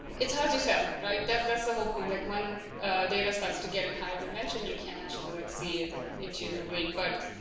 it's hard to tell right that's that's the whole point like when data starts to get in higher dimension you can't actually like see it intuitively but